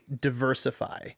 diversify